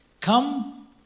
come